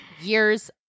years